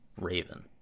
raven